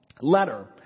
letter